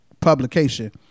publication